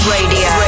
Radio